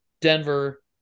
Denver